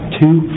two